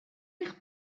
eich